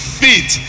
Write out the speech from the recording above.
feet